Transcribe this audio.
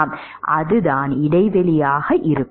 அதுதான் இடைவெளி ஆக இருக்கும்